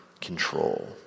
control